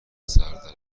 سردرگم